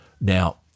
Now